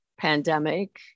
pandemic